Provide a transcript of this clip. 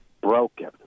Broken